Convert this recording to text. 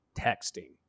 texting